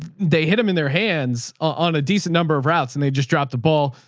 they hit them in their hands on a decent number of routes and they just dropped the ball.